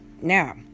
now